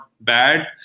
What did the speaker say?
bad